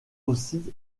aussi